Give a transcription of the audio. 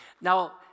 Now